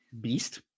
Beast